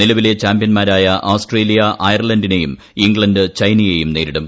നിലവിലെ ചാമ്പ്യൻമാരായ ഓസ്ട്രേലിയ അയർലന്റിനെയും ഇംഗ്ലണ്ട് ചൈനയെയും നേരിടും